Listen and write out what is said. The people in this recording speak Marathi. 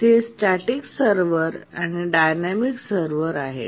तेथे स्टॅटिक सर्व्हर आणि डायनॅमिक सर्व्हर आहेत